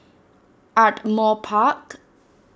Ardmore Park